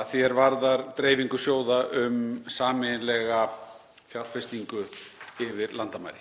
að því er varðar dreifingu sjóða um sameiginlega fjárfestingu yfir landamæri.